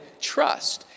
trust